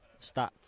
stats